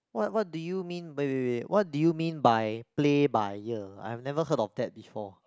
what what do you mean wait wait wait what do you mean by play by ear I have never heard of that before